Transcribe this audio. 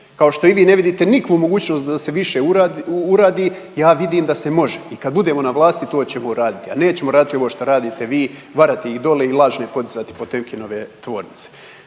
kao što i vi ne vidite nikakvu mogućnost da se više uradi ja vidim da se može i kad budemo na vlasti to ćemo raditi, a nećemo raditi ovo što radite vi varate ih dole i lažne podizati Potemkinove tvornice.